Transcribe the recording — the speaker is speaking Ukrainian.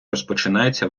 розпочинається